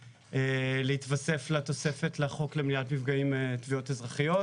להתווסף לתוספת לחוק למניעת מפגעים תביעות אזרחיות,